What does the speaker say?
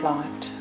Light